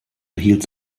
erhielt